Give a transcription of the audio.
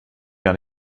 gar